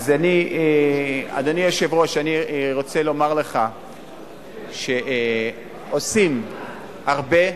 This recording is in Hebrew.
אדוני היושב-ראש, אני רוצה לומר לך שעושים הרבה,